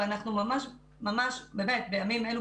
ובימים אלה,